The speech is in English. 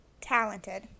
Talented